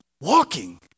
walking